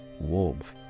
warmth